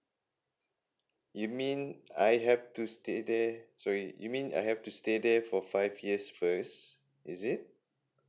you mean I have to stay there sorry you mean I have to stay there for five years first is it